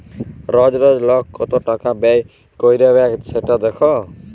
রজ রজ লক কত টাকা ব্যয় ক্যইরবেক সেট দ্যাখা